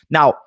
Now